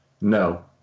No